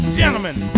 gentlemen